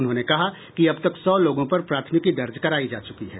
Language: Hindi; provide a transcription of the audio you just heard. उन्होंने कहा कि अब तक सौ लोगों पर प्राथमिकी दर्ज करायी जा चूकी है